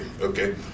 okay